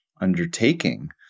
undertaking